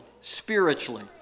spiritually